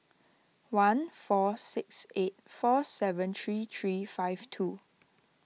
one four six eight four seven three three five two